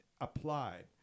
applied